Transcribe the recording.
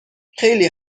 خیلی